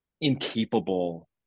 incapable